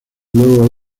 luego